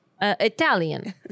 Italian